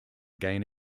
again